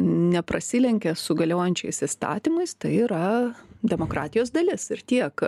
neprasilenkia su galiojančiais įstatymais tai yra demokratijos dalis ir tiek